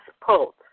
pulse